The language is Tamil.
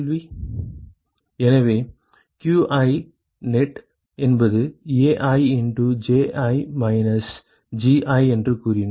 மாணவர் எனவே qi net என்பது Ai into Ji minus Gi என்று கூறினோம்